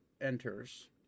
enters